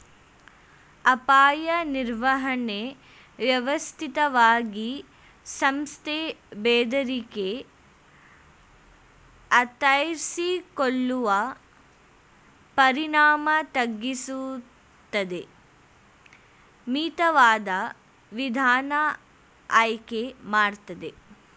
ಅಪಾಯ ನಿರ್ವಹಣೆ ವ್ಯವಸ್ಥಿತವಾಗಿ ಸಂಸ್ಥೆ ಬೆದರಿಕೆ ಅರ್ಥೈಸಿಕೊಳ್ಳುವ ಪರಿಣಾಮ ತಗ್ಗಿಸುತ್ತದೆ ಮಿತವಾದ ವಿಧಾನ ಆಯ್ಕೆ ಮಾಡ್ತದೆ